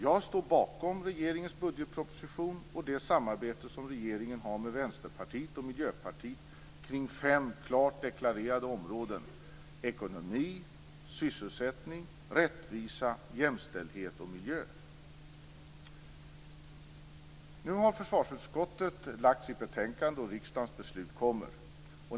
Jag står bakom regeringens budgetproposition och det samarbete som regeringen har med Vänsterpartiet och Miljöpartiet kring fem klart deklarerade områden: ekonomi, sysselsättning, rättvisa, jämställdhet och miljö. Nu har försvarsutskottet lagt fram sitt betänkande, och riksdagens beslut kommer.